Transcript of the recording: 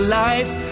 life